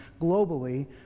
globally